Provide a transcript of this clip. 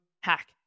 hack